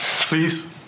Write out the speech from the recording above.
Please